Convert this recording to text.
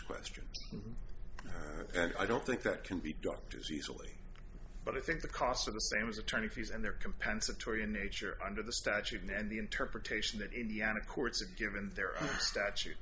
question i don't think that can be doctors easily but i think the cost of the same as attorney fees and they're compensatory in nature under the statute and the interpretation that indiana courts have given their statute